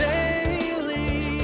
Daily